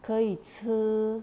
可以吃